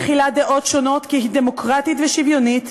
מכילה דעות שונות כי היא דמוקרטית ושוויונית,